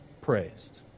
praised